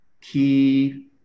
key